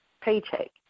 paycheck